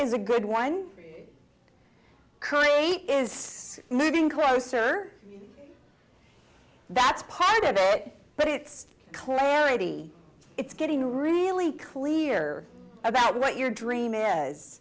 is a good one curry is moving closer that's part of it but it's clarity it's getting really clear about what your dream is